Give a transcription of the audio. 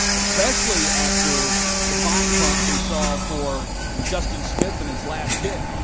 especially after the fine punt we saw for justyn smith in his last kick.